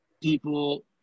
people